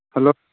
hello